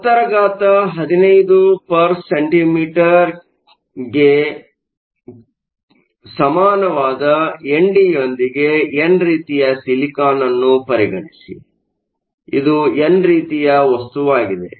ಆದ್ದರಿಂದ 1015 cm 3 ಗೆ ಸಮಾನವಾದ ಎನ್ ಡಿಯೊಂದಿಗೆ ಎನ್ ರೀತಿಯ ಸಿಲಿಕಾನ್ ಅನ್ನು ಪರಿಗಣಿಸಿ ಆದ್ದರಿಂದ ಇದು ಎನ್ ರೀತಿಯ ವಸ್ತುವಾಗಿದೆ